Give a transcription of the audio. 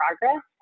progress